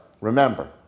remember